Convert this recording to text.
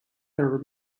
error